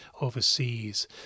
overseas